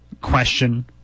question